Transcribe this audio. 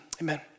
amen